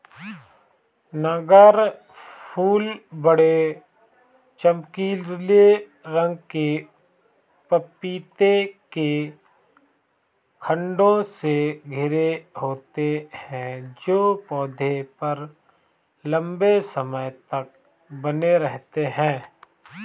नगण्य फूल बड़े, चमकीले रंग के पपीते के खण्डों से घिरे होते हैं जो पौधे पर लंबे समय तक बने रहते हैं